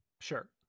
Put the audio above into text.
Sure